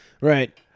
Right